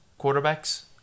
quarterbacks